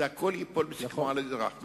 הכול ייפול בסופו של דבר על האזרח.